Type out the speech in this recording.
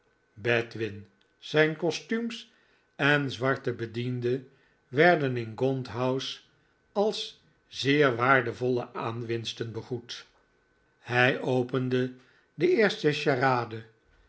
bedwin zijn kostuums en zwarte bediende werden in gaunt house als zeer waardevolle aanwinsten begroet hij opende de eerste charade